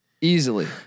easily